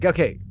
Okay